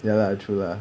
ya lah true lah